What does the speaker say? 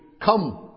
come